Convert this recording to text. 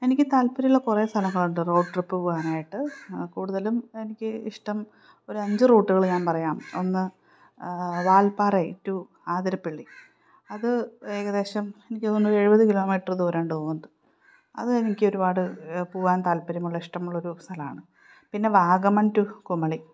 എനിക്ക് താല്പര്യമുള്ള കുറേ സ്ഥലങ്ങളുണ്ട് റോഡ് ട്രിപ്പ് പോകാനായിട്ട് കൂടുതലും എനിക്കിഷ്ടം ഒരഞ്ച് റൂട്ടുകള് ഞാൻ പറയാം ഒന്ന് വാൽപ്പാറൈ ടു ആതിരപ്പള്ളി അത് ഏകദേശം എനിക്ക് തോന്നുന്നു ഒരെഴുപത് കിലോമീറ്റർ ദൂരമുണ്ടെന്ന് തോന്നുന്നുണ്ട് അത് എനിക്ക് ഒരുപാട് പോകാന് താല്പര്യമുള്ള ഇഷ്ടമുള്ളൊരു സ്ഥലമാണ് പിന്നെ വാഗമൺ ടു കുമളി